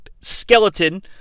skeleton